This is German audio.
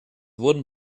wurden